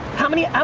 how many, um